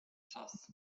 czas